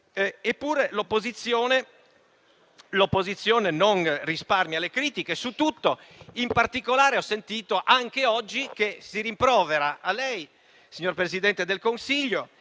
Eppure l'opposizione non risparmia le critiche su tutto. In particolare, ho sentito, anche oggi, che si rimprovera a lei, signor Presidente del Consiglio,